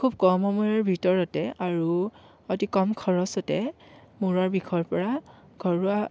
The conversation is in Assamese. খুব কম সময়ৰ ভিতৰতে আৰু অতি কম খৰচতে মূৰৰ বিষৰ পৰা ঘৰুৱা